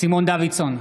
סימון דוידסון,